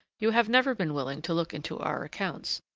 you have never been willing to look into our accounts,